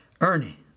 Ernie